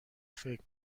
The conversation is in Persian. فکر